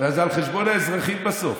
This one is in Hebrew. וזה על חשבון האזרחים בסוף.